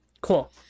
cool